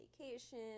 vacation